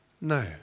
No